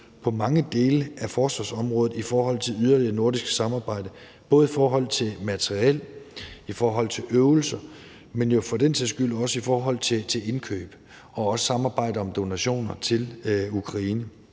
på mange dele af forsvarsområdet i forhold til yderligere nordisk samarbejde, både med hensyn til materiel og øvelser, men jo for den sags skyld også med hensyn til indkøb og samarbejde om donationer til Ukraine.